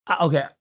okay